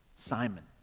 Simon